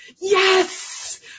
yes